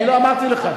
אני לא אמרתי לך.